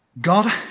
God